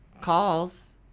calls